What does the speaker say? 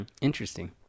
Interesting